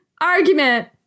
argument